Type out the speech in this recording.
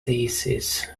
thesis